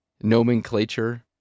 nomenclature